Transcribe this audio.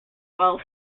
while